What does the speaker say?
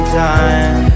time